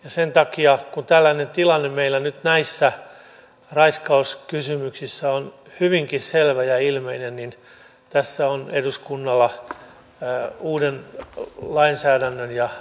sen takia kun tällainen tilanne meillä nyt näissä raiskauskysymyksissä on hyvinkin selvä ja ilmeinen niin tässä on eduskunnalla uuden lainsäädännön ja arvioinnin paikka